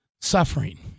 suffering